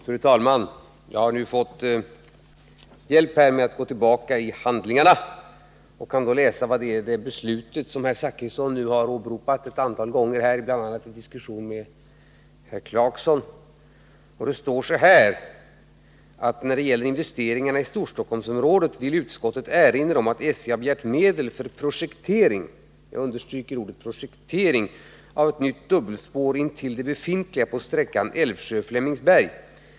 Fru talman! Jag har nu fått hjälp med att gå tillbaka i handlingarna och kan läsa upp vad det står i det beslut som herr Zachrisson har åberopat ett antal gånger, bl.a. i diskussion med herr Clarkson. Det står så här: ”När det gäller investeringarna i Storstockholmsområdet vill utskottet erinra om att SJ har begärt medel för projektering” — jag understryker ordet projektering — ”av ett nytt dubbelspår intill det befintliga på sträckan Älvsjö-Flemingsberg.